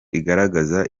igaragaza